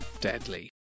deadly